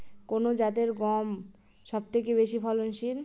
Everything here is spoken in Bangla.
কোন জাতের গম সবথেকে বেশি ফলনশীল?